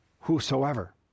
Whosoever